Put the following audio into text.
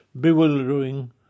bewildering